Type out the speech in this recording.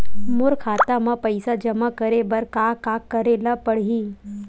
मोर खाता म पईसा जमा करे बर का का करे ल पड़हि?